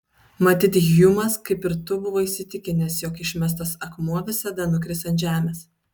matyt hjumas kaip ir tu buvo įsitikinęs jog išmestas akmuo visada nukris ant žemės